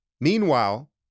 Meanwhile